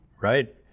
Right